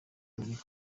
iboneka